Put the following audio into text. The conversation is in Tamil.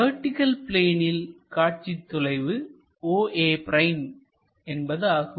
வெர்டிகள் பிளேனில் காட்சி தொலைவு oa' என்பதாகும்